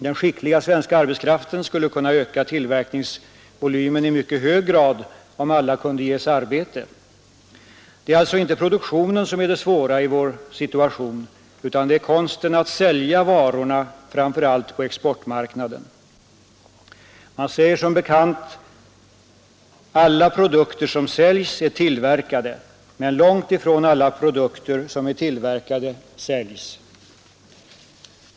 Den skickliga svenska arbetskraften skulle kunna öka tillverkningsvolymen i mycket hög grad om alla kunde ges arbete. Det är alltså inte produktionen som är det svåra i vår situation utan det är konsten att sälja varorna, framför allt på exportmarknaden. Man säger som bekant: Alla produkter som säljs är tillverkade — men långt ifrån alla produkter som är tillverkade säljs.